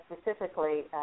specifically